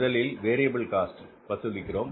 முதலில் variable cost வசூலிக்கிறோம்